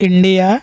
India